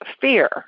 Fear